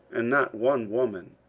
and not one woman.